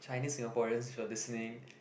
Chinese Singaporeans if you're listening